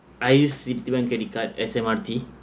I use citibank credit card S_M_R_T